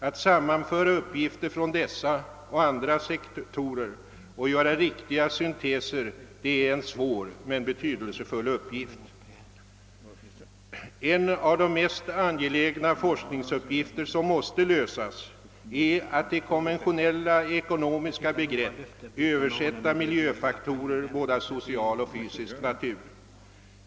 Att sammanföra uppgifter från dessa och andra sektorer och att göra riktiga synteser är en svår men betydelsefull uppgift. En av de mest angelägna forskningsuppgifter som måste lösas är problemet att till konventionella ekonomiska begrepp översätta miljöfaktorer av social och fysisk natur.